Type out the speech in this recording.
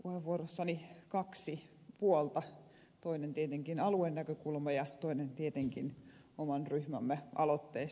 puheenvuorossani on kaksi puolta toinen tietenkin aluenäkökulma ja toinen oman ryhmämme aloitteet